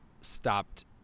stopped